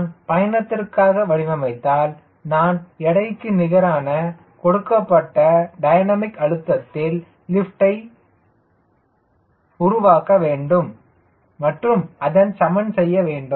நான் பயணத்திற்காக வடிவமைத்தால் நான் எடைக்கு நிகரான கொடுக்கப்பட்ட டைனமிக் அழுத்தத்தில் லிப்ட்யை வேண்டும் உருவாக்கி சமன் செய்ய வேண்டும்